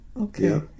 okay